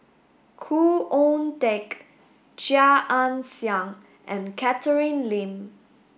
Khoo Oon Teik Chia Ann Siang and Catherine Lim